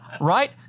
Right